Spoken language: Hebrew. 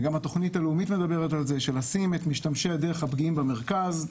וגם התוכנית הלאומית מדברת על לשים את משתמשי הדרך הפגיעים במרכז,